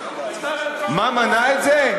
מה מנע את זה?